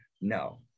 No